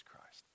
Christ